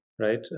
right